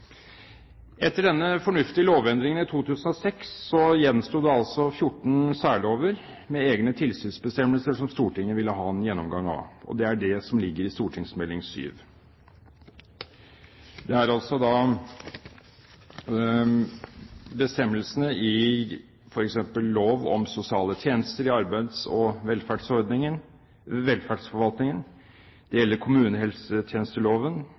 Etter denne fornuftige lovendringen i 2006 gjensto det altså 14 særlover med egne tilsynsbestemmelser som Stortinget ville ha en gjennomgang av. Det er dette som ligger i Meld. St. 7. Det gjelder bestemmelsene i f.eks. lov om sosiale tjenester i arbeids- og velferdsforvaltningen, kommunehelsetjenesteloven,